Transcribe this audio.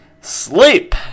Sleep